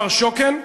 מר שוקן,